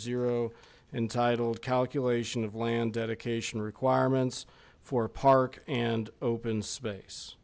zero entitled calculation of land dedication requirements for park and open space